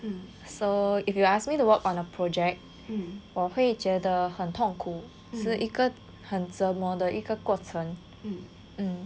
so if you ask me to work on a project 我会觉得很痛苦是一个很折磨的一个过程